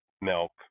milk